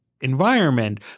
environment